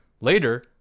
Later